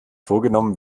vorgenommen